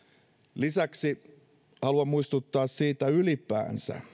lisäksi haluan muistuttaa siitä ylipäänsä